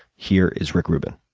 here is rick rubin.